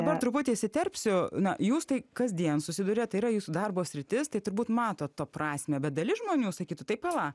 dabar truputį įsiterpsiu na jūs tai kasdien susiduriat tai yra jūsų darbo sritis tai turbūt matot to prasmę bet dalis žmonių sakytų tai pala